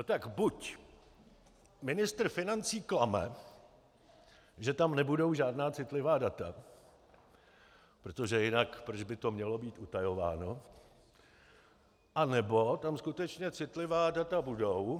No tak buď ministr financí klame, že tam nebudou žádná citlivá data, protože jinak proč by to mělo být utajováno, anebo tam skutečně citlivá data budou...